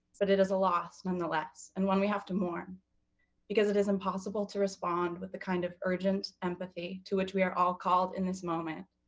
but it is a loss nonetheless and one we have to mourn because it is impossible to respond with the kind of urgent empathy to which we are all called in this moment.